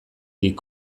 dik